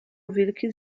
wilki